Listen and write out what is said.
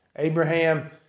Abraham